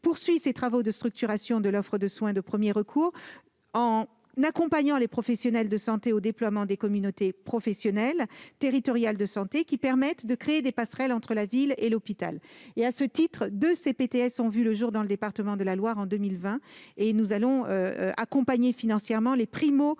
poursuit ses travaux de structuration de l'offre de soins de premier recours en accompagnant les professionnels de santé dans le déploiement des communautés professionnelles territoriales de santé (CPTS), lesquelles permettent de créer des passerelles entre la ville et l'hôpital. Deux CPTS ont d'ailleurs vu le jour dans le département de la Loire en 2020. Nous allons enfin accompagner financièrement les primo-installations